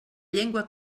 llengua